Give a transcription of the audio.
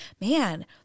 man